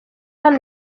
hano